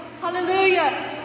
Hallelujah